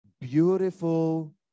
beautiful